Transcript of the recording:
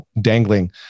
dangling